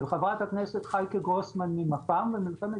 של חברת הכנסת חייקה גרוסמן ממפ"ם ומלחמת